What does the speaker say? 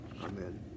Amen